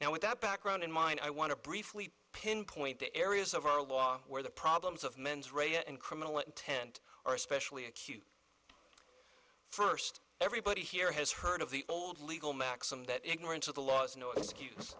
now with that background in mind i want to briefly pinpoint the areas of our law where the problems of mens rea and criminal and and our especially acute first everybody here has heard of the old legal maxim that ignorance of the law is no excuse